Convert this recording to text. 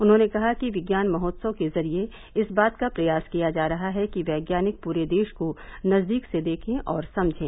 उन्होंने कहा कि विज्ञान महोत्सव के जरिये इस बात का प्रयास किया गया है कि वैज्ञानिक पूरे देश को नजदीक से देखें और समझें